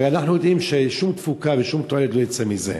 הרי אנחנו יודעים ששום תפוקה ושום תועלת לא יצאו מזה.